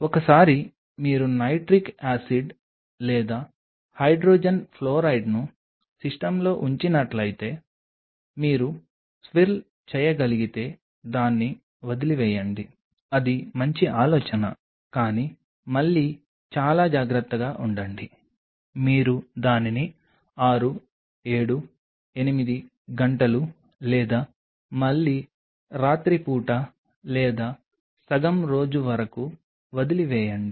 ఒకసారి మీరు nitric acid లేదా హైడ్రోజన్ ఫ్లోరైడ్ను సిస్టమ్లో ఉంచినట్లయితే మీరు స్విర్ల్ చేయగలిగితే దాన్ని వదిలివేయండి అది మంచి ఆలోచన కానీ మళ్లీ చాలా జాగ్రత్తగా ఉండండి మీరు దానిని 6 7 8 గంటలు లేదా మళ్లీ రాత్రిపూట లేదా సగం రోజు వరకు వదిలివేయండి